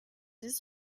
his